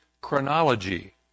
chronology